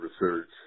research